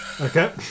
Okay